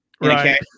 Right